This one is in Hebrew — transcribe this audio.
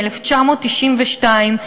מ-1992,